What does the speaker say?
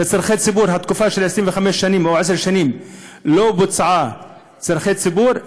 בתקופה של 25 שנים או עשר שנים לא בוצעו צורכי ציבור,